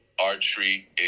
Archery